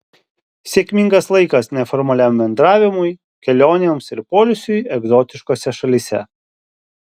sėkmingas laikas neformaliam bendravimui kelionėms ir poilsiui egzotiškose šalyse